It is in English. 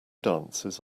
dancers